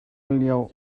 lioah